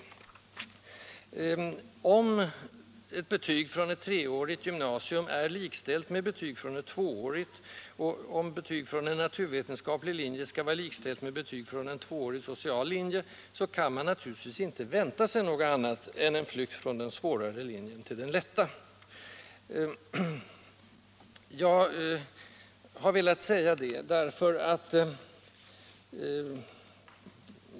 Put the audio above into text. Om betyg från ett treårigt gymnasium är likställt med betyg från ett tvåårigt och om betyg från naturvetenskaplig linje skall vara likställt med betyg från tvåårig social linje, kan man naturligtvis inte vänta sig något annat än en flykt från den svårare linjen till den lätta.